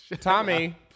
tommy